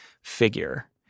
figure